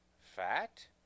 fat